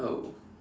oh